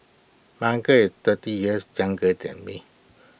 my uncle is thirty years younger than me